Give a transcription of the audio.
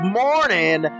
morning